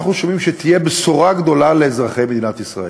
אנחנו שומעים שתהיה בשורה גדולה לאזרחי מדינת ישראל.